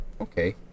Okay